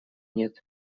нет